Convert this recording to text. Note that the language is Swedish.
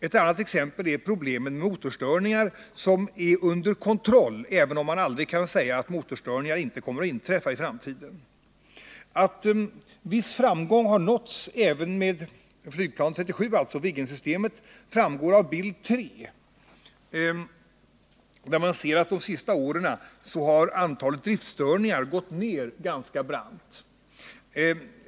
Ett annat exempel är problemet med motorstörningar, som är under kontroll, även om man aldrig kan säga att motorstörningar i framtiden inte kommer att inträffa. Att viss framgång har nåtts även med flygplan 37, dvs. Viggensystemet, framgår av bild 3. Man ser där att kurvan för antalet driftsstörningar under de senaste åren gått ner granska brant.